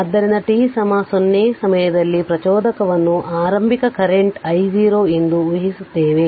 ಆದ್ದರಿಂದ t 0 ಸಮಯದಲ್ಲಿ ಪ್ರಚೋದಕವನ್ನು ಆರಂಭಿಕ ಕರೆಂಟ್ I0 ಎಂದು ಊಹಿಸುತ್ತೇವೆ